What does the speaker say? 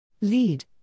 Lead